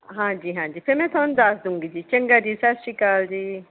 ਹਾਂਜੀ ਹਾਂਜੀ ਫਿਰ ਮੈਂ ਤੁਹਾਨੂੰ ਦੱਸ ਦੂਂਗੀ ਜੀ ਚੰਗਾ ਜੀ ਸਤਿ ਸ਼੍ਰੀ ਅਕਾਲ ਜੀ